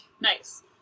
Nice